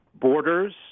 borders